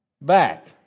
back